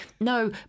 no